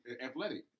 Athletic